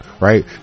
right